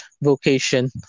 vocation